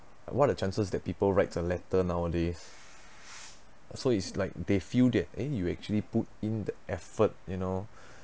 what are the chances that people writes a letter nowadays so it's like they feel that eh you actually put in the effort you know